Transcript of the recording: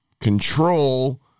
control